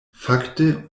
fakte